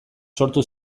sortu